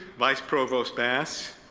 vice provost bass.